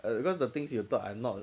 and because the things you talk I'm not